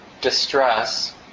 distress